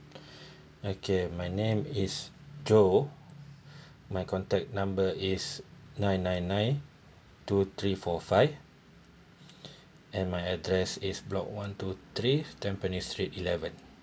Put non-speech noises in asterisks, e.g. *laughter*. *breath* okay my name is joe *breath* my contact number is nine nine nine two three four five *breath* and my address is block one two three tampines street eleven